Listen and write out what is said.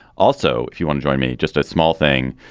also if you wanna join me. just a small thing.